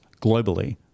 globally